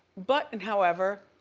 button however,